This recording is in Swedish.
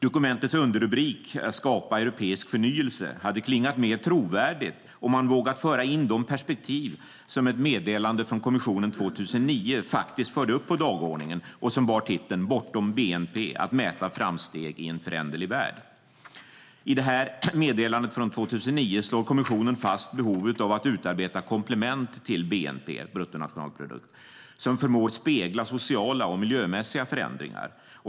Dokumentets underrubrik - Att skapa europeisk förnyelse - hade klingat mer trovärdigt om man vågat föra in de perspektiv som ett meddelande från kommissionen 2009 faktiskt förde upp på dagordningen och som bar titeln Bortom BNP - att mäta framsteg i en föränderlig värld . I det meddelandet från 2009 slår kommissionen fast behovet av att utarbeta komplement till bnp, bruttonationalprodukt, som förmår spegla sociala och miljömässiga förändringar.